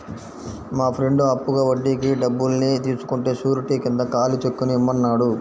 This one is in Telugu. మా ఫ్రెండు అప్పుగా వడ్డీకి డబ్బుల్ని తీసుకుంటే శూరిటీ కింద ఖాళీ చెక్కుని ఇమ్మన్నాడు